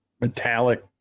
metallic